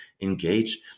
engage